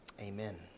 amen